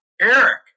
Eric